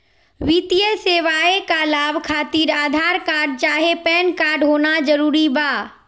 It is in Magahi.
वित्तीय सेवाएं का लाभ खातिर आधार कार्ड चाहे पैन कार्ड होना जरूरी बा?